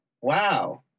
wow